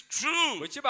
true